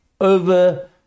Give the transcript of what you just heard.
over